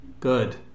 Good